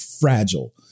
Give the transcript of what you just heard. fragile